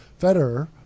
Federer